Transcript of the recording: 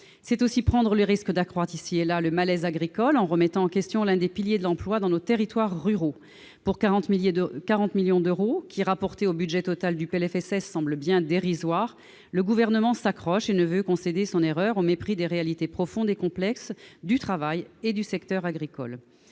C'est aussi prendre le risque d'accroître, ici et là, le malaise agricole en remettant en question l'un des piliers de l'emploi dans nos territoires ruraux. Pour 40 millions d'euros, qui, rapportés au budget total du projet de loi de financement de la sécurité sociale, semblent bien dérisoires, le Gouvernement s'accroche et ne veut pas concéder son erreur, au mépris des réalités profondes et complexes du travail et du secteur agricoles.